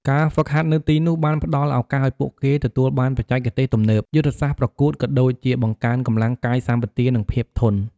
ការហ្វឹកហាត់នៅទីនោះបានផ្ដល់ឱកាសឲ្យពួកគេទទួលបានបច្ចេកទេសទំនើប យុទ្ធសាស្ត្រប្រកួត ក៏ដូចជាបង្កើនកម្លាំងកាយសម្បទា និងភាពធន់។